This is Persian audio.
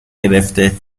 گرفته